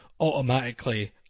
automatically